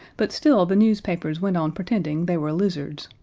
but still the newspapers went on pretending they were lizards,